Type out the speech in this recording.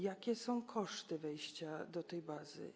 Jakie są koszty wejścia do tej bazy?